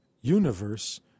universe